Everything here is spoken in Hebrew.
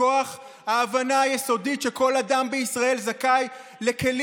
מכוח ההבנה היסודית שכל אדם ואדם בישראל זכאים לכלים